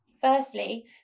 Firstly